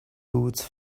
boots